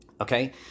Okay